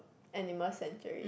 animal sanctuary